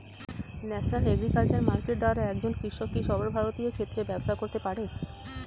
National agriculture market দ্বারা একজন কৃষক কি সর্বভারতীয় ক্ষেত্রে ব্যবসা করতে পারে?